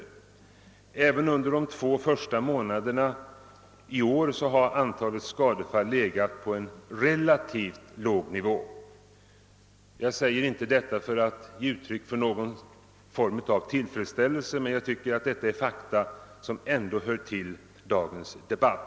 även under de två första månaderna i år har antalet skadefall legat på en relativt låg nivå. Jag säger inte detta för att ge uttryck åt någon tillfredsställelse, men jag tycker att det är fakta som hör till dagens debatt.